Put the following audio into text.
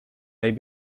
they